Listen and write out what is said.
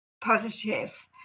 positive